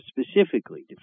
specifically